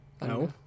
No